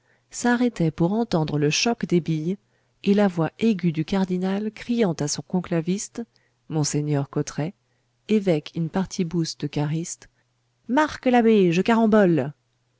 s'arrêtaient pour entendre le choc des billes et la voix aiguë du cardinal criant à son conclaviste monseigneur cottret évêque in partibus de caryste marque l'abbé je carambole